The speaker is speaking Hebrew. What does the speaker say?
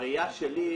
הראייה שלי,